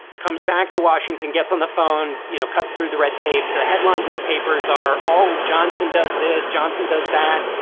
comes back to washington, gets on the phone, you know, cuts through the red tape. the headlines of the papers are all. johnson does this. johnson does that.